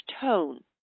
tone